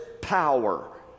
power